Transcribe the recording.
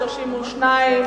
32,